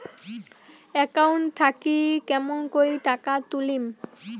Account থাকি কেমন করি টাকা তুলিম?